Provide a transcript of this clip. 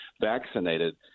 vaccinated